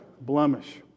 blemish